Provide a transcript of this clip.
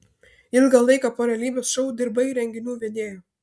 ilgą laiką po realybės šou dirbai renginių vedėju